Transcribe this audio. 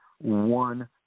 One